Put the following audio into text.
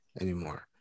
anymore